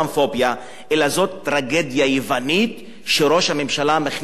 אלא זאת טרגדיה יוונית שראש הממשלה מכניס אליה את כל המדינה.